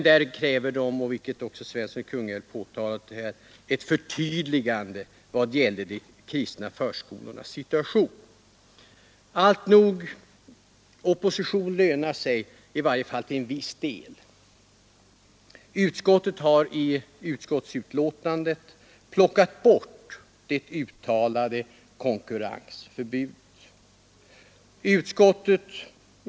De kräver emellertid, som också herr Svensson i Kungälv här framhållit, ett förtydligande i vad gäller de kristna förskolornas situation. Alltnog, opposition lönar sig, i varje fall till en viss del. Utskottet har i sitt betänkande plockat bort det uttalade konkurrensförbudet.